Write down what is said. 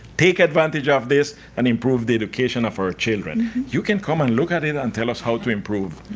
take advantage of this and improve the education of our children. you can come and look at it and tell us how to improve.